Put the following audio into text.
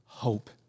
Hope